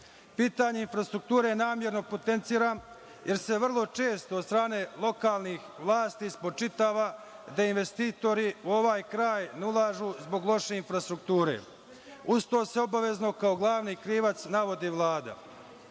Pitanje infrastrukture namerno potenciram, jer se vrlo često od strane lokalnih vlasti spočitava da investitori u ovaj kraj ne ulažu zbog loše infrastrukture. Uz to se obavezno kao glavni krivac navodi